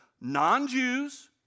non-Jews